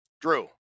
Drew